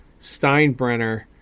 Steinbrenner